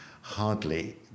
hardly